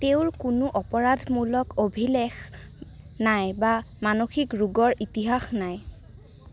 তেওঁৰ কোনো অপৰাধমূলক অভিলেখ নাই বা মানসিক ৰোগৰ ইতিহাস নাই